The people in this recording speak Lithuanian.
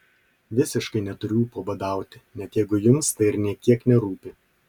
visiškai neturiu ūpo badauti net jeigu jums tai ir nė kiek nerūpi